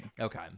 Okay